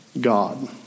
God